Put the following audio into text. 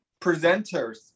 presenters